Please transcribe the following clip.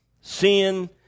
Sin